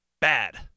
bad